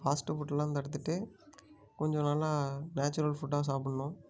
fast ஃபுட்டெல்லாம் தடுத்துட்டு கொஞ்சம் நல்லா நேச்சுரல் ஃபுட்டாக சாப்பிட்ணும்